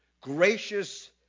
gracious